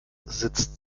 sitzt